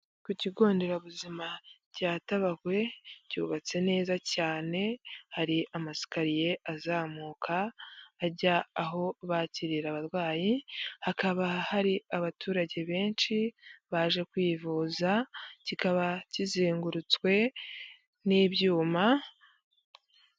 Ku kigo nderabuzima cya Tabagwe cyubatse neza cyane, hari amasikariye azamuka ajya aho bakirira abarwayi, hakaba hari abaturage benshi baje kwivuza, kikaba kizengurutswe n'ibyuma.